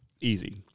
easy